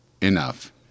Enough